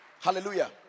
Hallelujah